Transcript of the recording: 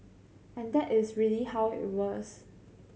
and that is really how it was